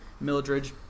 Mildred